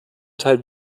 teil